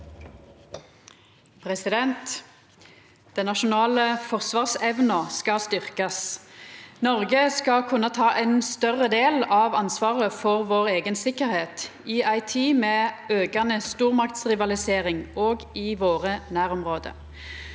Den nasjonale for- svarsevna skal styrkjast. Noreg skal kunna ta ein større del av ansvaret for vår eiga sikkerheit, i ei tid med aukande stormaktsrivalisering òg i våre nærområde.